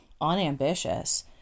unambitious